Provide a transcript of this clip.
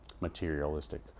materialistic